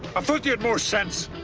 um thought you had more sense.